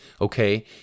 Okay